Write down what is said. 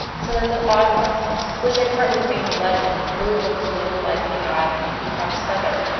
so that the odd markings, which had partly made the legend, really looked a little like the eye in a peacock's feather.